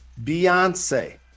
Beyonce